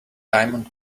diamond